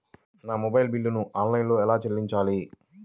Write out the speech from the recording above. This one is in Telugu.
నా మొబైల్ బిల్లును ఆన్లైన్లో ఎలా చెల్లించాలి?